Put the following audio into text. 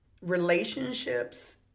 relationships